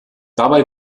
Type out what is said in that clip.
dabei